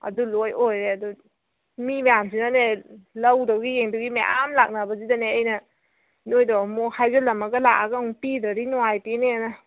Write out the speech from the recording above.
ꯑꯗꯨ ꯂꯣꯏ ꯑꯣꯏꯔꯦ ꯑꯗꯨ ꯃꯤ ꯃꯌꯥꯝꯁꯤꯅꯅꯦ ꯂꯧꯗꯣꯏꯒꯤ ꯌꯦꯡꯗꯧꯒꯤ ꯃꯌꯥꯝ ꯂꯥꯛꯅꯕꯁꯤꯗꯅꯦ ꯑꯩꯅ ꯅꯣꯏꯗꯣ ꯑꯃꯨꯛ ꯍꯥꯏꯖꯤꯜꯂꯝꯃꯒ ꯂꯥꯛꯑꯒ ꯑꯃꯨꯛ ꯄꯤꯗ꯭ꯔꯗꯤ ꯅꯨꯡꯉꯥꯏꯇꯦꯅꯦꯅ